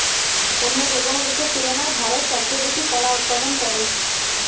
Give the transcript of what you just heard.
অন্য যেকোনো দেশের তুলনায় ভারত সবচেয়ে বেশি কলা উৎপাদন করে